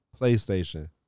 playstation